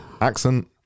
Accent